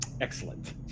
Excellent